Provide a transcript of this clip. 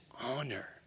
honor